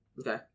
Okay